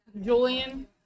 Julian